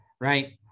right